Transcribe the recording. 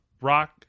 rock